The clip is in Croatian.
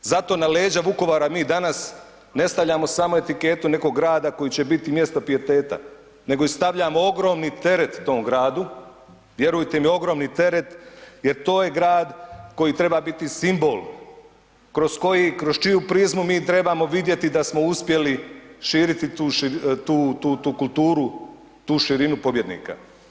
Zato na leđa Vukovara mi danas ne stavljamo samo etiketu nekog grada koji će biti mjesto pijeteta nego i stavljamo ogromni teret tom gradu, vjerujte mi, ogromni teret jer to je grad koji treba biti simbol, kroz čiju prizmu mi trebamo vidjeti da smo uspjeli širitu tu kulturu, tu širinu pobjednika.